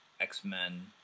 X-Men